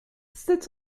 sept